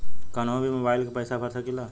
कन्हू भी मोबाइल के पैसा भरा सकीला?